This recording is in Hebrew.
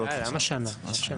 למה שנה?